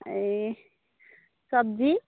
ए सब्जी